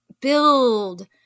build